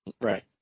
Right